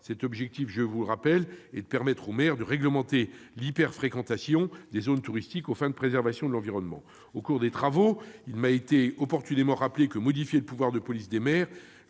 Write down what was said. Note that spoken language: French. Cet objectif consiste, je vous le rappelle, à permettre aux maires de réglementer l'hyper-fréquentation des zones touristiques, aux fins de préservation de l'environnement. Au cours des travaux, il m'a également été opportunément rappelé que la modification du pouvoir de police générale